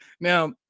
now